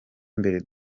mbere